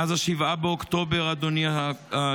מאז 7 באוקטובר, אדוני היושב-ראש,